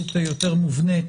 בוקר טוב לכולם,